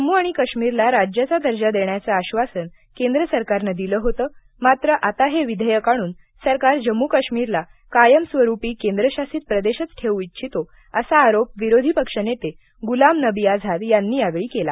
जम्मू आणि काश्मीर ला राज्याचा दर्जा देण्याचं आश्वासन केंद्र सरकारनं दिलं होतं मात्र आता हे विधेयक आणून सरकार जम्मू काश्मीरला कायमस्वरूपी केंद्र शासित प्रदेशच ठेवू इच्छितो असा आरोप विरोधी पक्ष नेते गुलाम नबी आझाद यांनी यावेळी केला